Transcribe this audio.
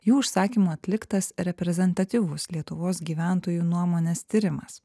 jų užsakymu atliktas reprezentatyvus lietuvos gyventojų nuomonės tyrimas